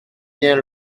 bien